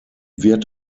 wird